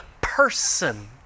person